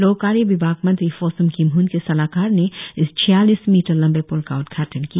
लोक कार्य विभाग मंत्री फोस्म खिमह्न के सलाहकार ने इस छियालीस मीटर लंबे प्ल का उद्घाटन किया